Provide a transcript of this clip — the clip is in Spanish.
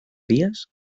días